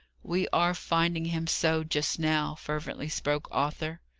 we are finding him so, just now, fervently spoke arthur.